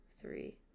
three